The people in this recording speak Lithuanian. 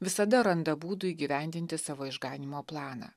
visada randa būdų įgyvendinti savo išganymo planą